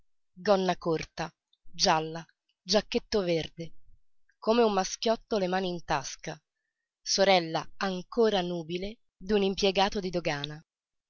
gonna corta gialla giacchetto verde come un maschiotto le mani in tasca sorella ancora nubile d'un impiegato di dogana